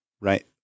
right